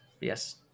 Yes